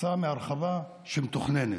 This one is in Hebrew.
כתוצאה מהרחבה מתוכננת.